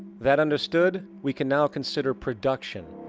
that understood, we can now consider production.